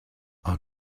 are